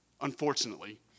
Unfortunately